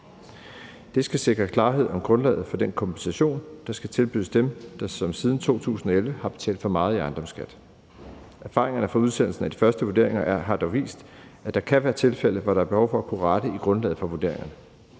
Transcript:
Det skal sikre klarhed om grundlaget for den kompensation, der skal tilbydes dem, som siden 2011 har betalt for meget i ejendomsskat. Erfaringerne fra udsendelsen af de første vurderinger har dog vist, at der kan være tilfælde, hvor der er behov for at kunne rette i grundlaget for vurderingerne.